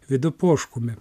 vidu poškumi